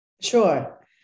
Sure